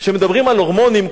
כשמדברים על הורמונים,